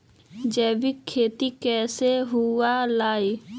जैविक खेती कैसे हुआ लाई?